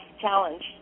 challenge